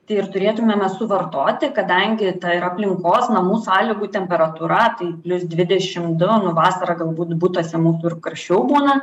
tai ir turėtumėme suvartoti kadangi ta ir aplinkos namų sąlygų temperatūra tai plius dvidešimt du nu vasarą galbūt butuose mūsų ir karščiau būna